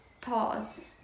pause